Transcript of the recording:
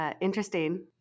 Interesting